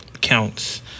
counts